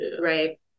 Right